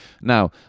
Now